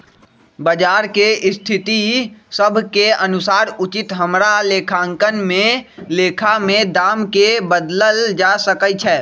बजार के स्थिति सभ के अनुसार उचित हमरा लेखांकन में लेखा में दाम् के बदलल जा सकइ छै